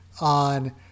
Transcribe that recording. on